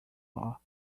law